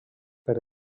per